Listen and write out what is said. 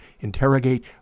interrogate